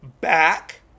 back